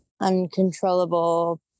uncontrollable